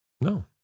No